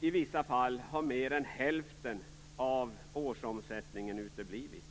I vissa fall har mer än hälften av årsomsättningen uteblivit.